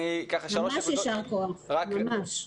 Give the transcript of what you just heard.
ממש ישר כוח - ממש.